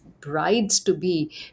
brides-to-be